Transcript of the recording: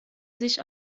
sich